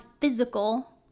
physical